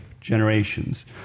generations